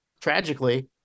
tragically